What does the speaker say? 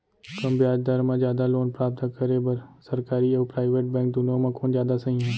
कम ब्याज दर मा जादा लोन प्राप्त करे बर, सरकारी अऊ प्राइवेट बैंक दुनो मा कोन जादा सही हे?